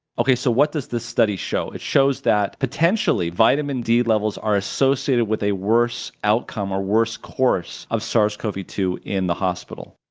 okay so what does this study show? it shows that potentially vitamin d levels are associated with a worse outcome or worse course of sars cov two in the hospital.